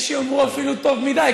יש שיאמרו אפילו טוב מדי,